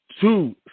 two